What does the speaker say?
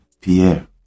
Pierre